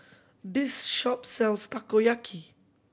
this shop sells Takoyaki